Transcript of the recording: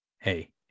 Hey